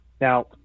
Now